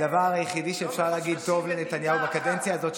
הדבר היחידי שאפשר להגיד טוב על נתניהו בקדנציה הזאת,